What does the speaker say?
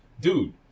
dude